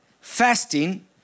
fasting